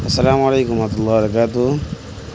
السلام علیکم و رحمةاللہ وبرکاتہ